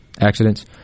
accidents